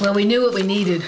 well we knew we needed